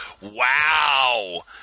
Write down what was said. Wow